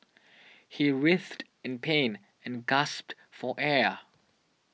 he writhed in pain and gasped for air